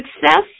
success